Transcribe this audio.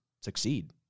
succeed